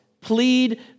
Plead